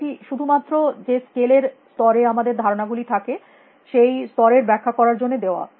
এটি শুধুমাত্র যে স্কেল এর স্তরে আমাদের ধারণা গুলি থাকে সেই স্তরের ব্যাখ্যা করার জন্য দেওয়া